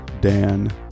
Dan